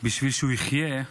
בשביל שהוא יחיה,